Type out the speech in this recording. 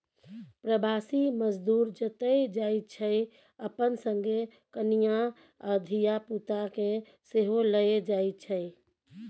प्रबासी मजदूर जतय जाइ छै अपना संगे कनियाँ आ धिया पुता केँ सेहो लए जाइ छै